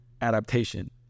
adaptation